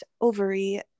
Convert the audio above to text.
ovary